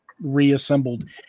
reassembled